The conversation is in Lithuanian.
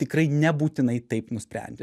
tikrai nebūtinai taip nusprendė